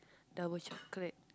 double chocolate